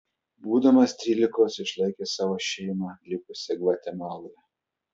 būdamas trylikos išlaikė savo šeimą likusią gvatemaloje